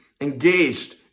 engaged